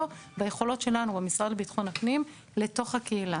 ביכולות שלנו במשרד לביטחון הפנים לתוך הקהילה.